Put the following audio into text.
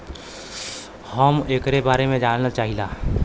हम एकरे बारे मे जाने चाहीला?